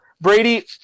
Brady